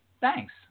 Thanks